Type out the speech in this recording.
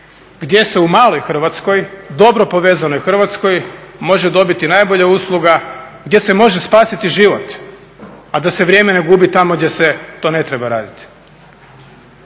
gdje se u maloj Hrvatskoj, dobro povezanoj Hrvatskoj može dobiti najbolja usluga, gdje se može spasiti život a da se vrijeme ne gubi tamo gdje se to ne treba raditi. To